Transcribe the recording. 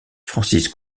francis